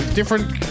different